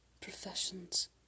professions